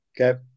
Okay